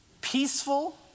peaceful